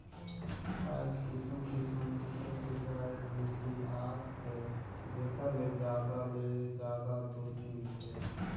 आयज किसम किसम नसल के गाय, भइसी आत हे जेखर ले जादा ले जादा दूद मिलथे